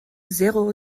zéro